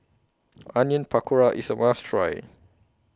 Onion Pakora IS A must Try